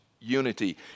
unity